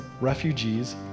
refugees